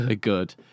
good